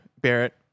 barrett